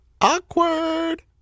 Awkward